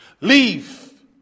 Leave